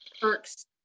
Perks